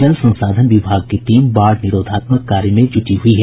जल संसाधन विभाग की टीम बाढ़ निरोधात्मक कार्य में जुटी हुई है